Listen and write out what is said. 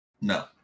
No